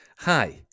Hi